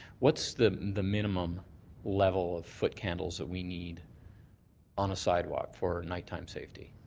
what's the the minimum level ah foot candles that we need on a sidewalk for nighttime safety?